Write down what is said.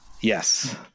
yes